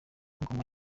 ngoma